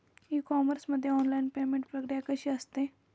E commerce मध्ये online payment प्रक्रिया कशी असते?